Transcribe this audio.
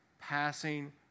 passing